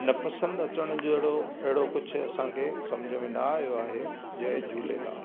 नापसंदि अचनि जहिड़ो अहिड़ो कुझु असांखे सम्झि में न आयो आहे जय झूलेलाल